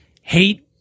hate